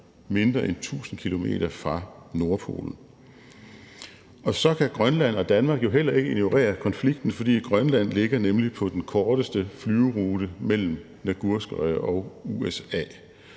mindre end 1.000 km fra Nordpolen. Så kan Grønland og Danmark jo heller ikke ignorere konflikten, fordi Grønland nemlig ligger på den korteste flyverute mellem Nagurskoye og USA